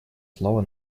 слово